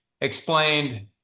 explained